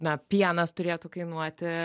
na pienas turėtų kainuoti